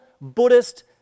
Buddhist